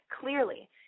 clearly